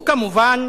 וכמובן,